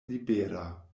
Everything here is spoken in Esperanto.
libera